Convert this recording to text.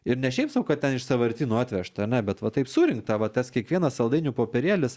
ir ne šiaip sau kad ten iš sąvartynų atvežta ar ne bet va taip surinkta va tas kiekvienas saldainių popierėlis